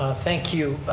thank you,